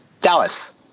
Dallas